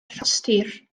rhostir